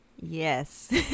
Yes